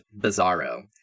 Bizarro